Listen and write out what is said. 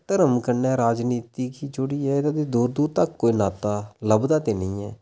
धर्म कन्नै राजनीति गी जुड़ियै एह्दा ते दूर दूर तक कोई नाता लभदा ते नेईं ऐ